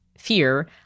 fear